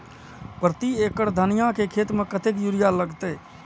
प्रति एकड़ धनिया के खेत में कतेक यूरिया लगते?